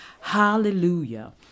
Hallelujah